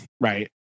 Right